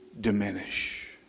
diminish